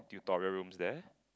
tutorial rooms there